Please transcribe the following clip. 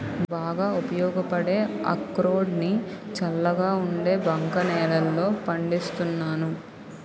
బాగా ఉపయోగపడే అక్రోడ్ ని చల్లగా ఉండే బంక నేలల్లో పండిస్తున్నాను